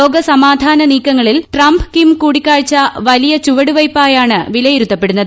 ലോക സമാധാന നീക്കങ്ങളിൽ ട്രംപ് കിം കൂടിക്കാഴ്ച വലിയ ചുവട് വയ്പായാണ് വിലയിരുത്തപ്പെടുന്നത്